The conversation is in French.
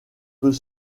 peut